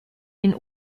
den